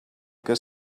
que